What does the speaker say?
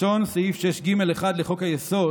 לשון סעיף 6(ג)(1) לחוק-היסוד